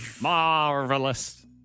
marvelous